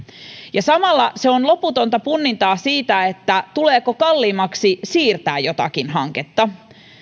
samalla se on loputonta punnintaa siitä tuleeko kalliimmaksi siirtää jotakin hanketta